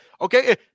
Okay